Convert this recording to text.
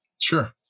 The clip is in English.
Sure